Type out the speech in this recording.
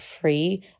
free